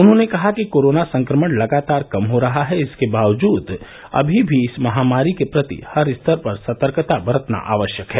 उन्होंने कहा कि कोरोना संक्रमण लगातार कम हो रहा है इसके बावजूद अभी भी इस महामारी के प्रति हर स्तर पर सतर्कता बरतना आवश्यक है